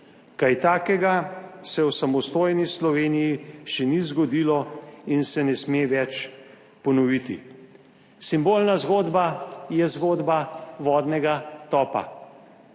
Kaj takega se v samostojni Sloveniji še ni zgodilo in se ne sme več ponoviti. Simbolna zgodba je zgodba vodnega topa.